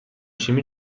time